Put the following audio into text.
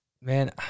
Man